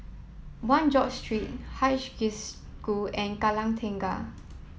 one George Street Haig School and Kallang Tengah